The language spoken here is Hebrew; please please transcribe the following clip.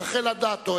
רחל אדטו,